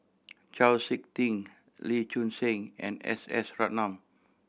Chau Sik Ting Lee Choon Seng and S S Ratnam